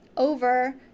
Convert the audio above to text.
over